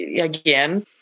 again